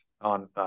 on